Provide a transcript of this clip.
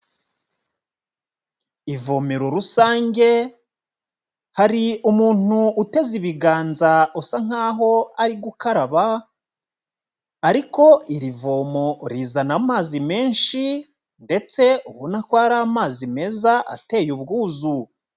Ivomero rusange, hari umuntu uteze ibiganza usa nk'aho ari gukaraba ariko iri vomo rizana amazi menshi ndetse ubona ko ari amazi meza ateye ubwuzu.